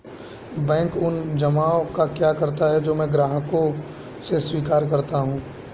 Bank उन जमाव का क्या करता है जो मैं ग्राहकों से स्वीकार करता हूँ?